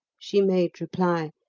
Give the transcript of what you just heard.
she made reply,